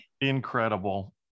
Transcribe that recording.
Incredible